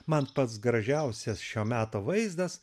man pats gražiausias šio meto vaizdas